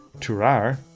Turar